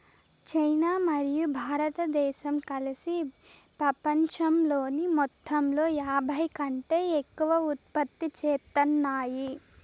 China మరియు భారతదేశం కలిసి పపంచంలోని మొత్తంలో యాభైకంటే ఎక్కువ ఉత్పత్తి చేత్తాన్నాయి